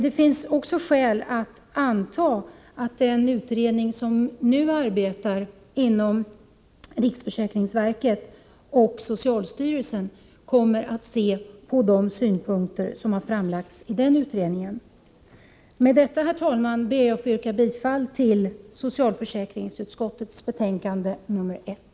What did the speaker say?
Det finns skäl att anta att den utredning som nu arbetar inom riksförsäkringsverket och socialstyrelsen kommer att beakta de synpunkter som framlagts av samordningsutredningen. Med detta, herr talman, ber jag att få yrka bifall till socialförsäkringsutskottets hemställan i betänkande 1.